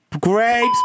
Grapes